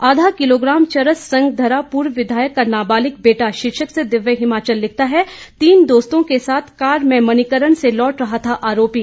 आधा किलोग्राम चरस संग धरा पूर्व विधायक का नाबालिग बेटा शीर्षक से दिव्य हिमाचल लिखता है तीन दोस्तों के साथ कार में मणिकर्ण से लौट रहा था आरोपी